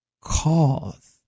cause